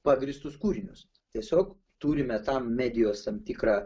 pagrįstus kūrinius tiesiog turime tam medijos tam tikrą